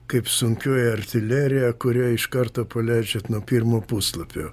kaip sunkioji artilerija kurią iš karto paleidžiat nuo pirmo puslapio